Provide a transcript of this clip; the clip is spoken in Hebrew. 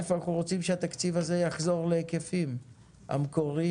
אנחנו רוצים שהתקציב הזה יחזור להיקפים המקוריים,